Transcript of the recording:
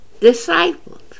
disciples